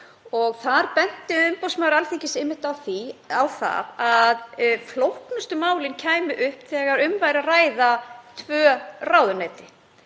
ráðuneyti, þ.e. dómsmálaráðuneytið, sem fer fyrir fangelsismálum, og svo til að mynda heilbrigðisráðuneytið eða menntamálaráðuneytið.